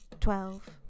twelve